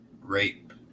rape